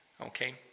Okay